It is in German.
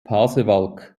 pasewalk